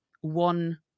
one